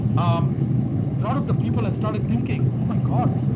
um lot of the people that started thinking, oh my god.